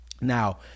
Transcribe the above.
Now